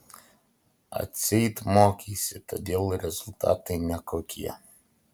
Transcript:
atseit mokeisi todėl rezultatai nekokie